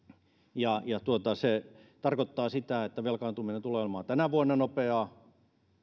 ja ja se tarkoittaa sitä että velkaantuminen tulee olemaan tänä vuonna nopeaa